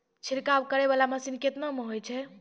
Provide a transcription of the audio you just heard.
छिड़काव करै वाला मसीन केतना मे होय छै?